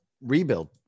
rebuild